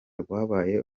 rwabaye